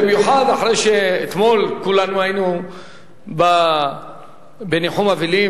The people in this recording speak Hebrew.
במיוחד אחרי שאתמול כולנו היינו בניחום אבלים